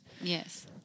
Yes